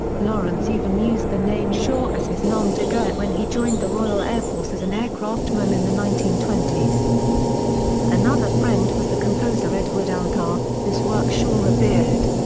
lawrence even used the name shaw as his nom de guerre when he joined the royal air force as an aircraftman in the nineteen twenty another friend was the composer edward elgar, whose work shaw revered.